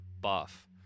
buff